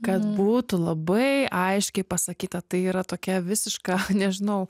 kad būtų labai aiškiai pasakyta tai yra tokia visiška nežinau